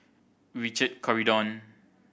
Richard Corridon